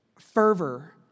fervor